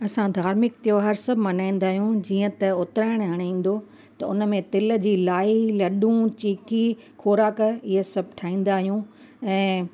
असां धार्मिक त्योहार सभु मल्हाईंदा आहियूं जीअं त उत्तरायण हाणे ईंदो त उनमें तिल जी लाई लॾूं चिकी ख़ोराक इअ सभु ठाहींदा आहियूं ऐं